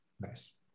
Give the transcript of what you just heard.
nice